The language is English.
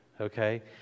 okay